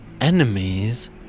enemies